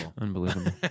Unbelievable